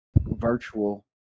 virtual